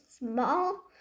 Small